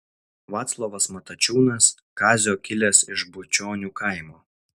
vaclovas matačiūnas kazio kilęs iš bučionių kaimo